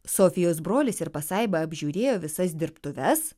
sofijos brolis ir pasaiba apžiūrėjo visas dirbtuves